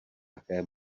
také